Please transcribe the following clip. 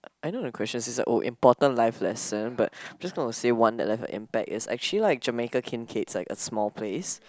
I know the questions it's like oh important life lesson but I'm just gonna say one that left an impact it's actually like Jamaica Kincaid's like a small place